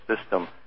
system